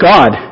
God